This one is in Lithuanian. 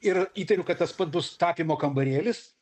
ir įtariu kad tas pats bus tapymo kambarėlis